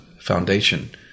foundation